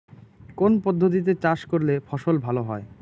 কোন পদ্ধতিতে চাষ করলে ফসল ভালো হয়?